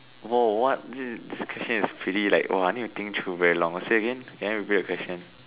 !whoa! what this question is pretty like !wah! I need to think through very long okay say again can you repeat your question